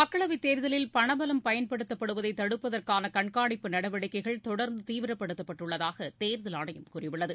மக்களவைத் தேர்தலில் பணபலம் பயன்படுத்தப்படுவதைதடுப்பதற்கானகண்காணிப்பு நடவடிக்கைகள் தொடா்ந்துதீவிரப்படுத்தப்பட்டுள்ளதாகதேர்தல் ஆணையம் கூறியுள்ளது